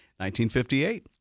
1958